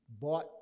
bought